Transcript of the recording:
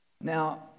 Now